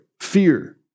fear